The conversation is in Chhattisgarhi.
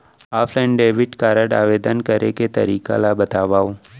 ऑफलाइन डेबिट कारड आवेदन करे के तरीका ल बतावव?